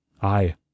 I-